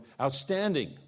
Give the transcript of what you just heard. outstanding